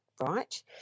right